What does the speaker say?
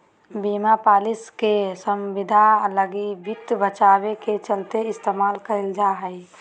बीमा पालिसी के संविदा लगी वित्त बचाव के चलते इस्तेमाल कईल जा हइ